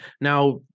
now